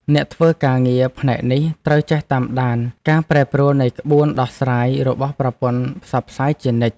អ្នកធ្វើការងារផ្នែកនេះត្រូវចេះតាមដានការប្រែប្រួលនៃក្បួនដោះស្រាយរបស់ប្រព័ន្ធផ្សព្វផ្សាយជានិច្ច។